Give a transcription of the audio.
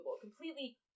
Completely